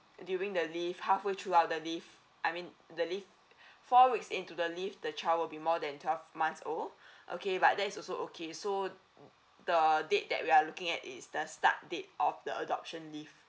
during the leave halfway throughout the leave I mean the leave four weeks into the leave the child will be more than twelve months old okay but that is also okay so the date that we are looking at is the start date of the adoption leave